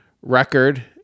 record